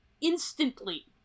instantly